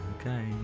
Okay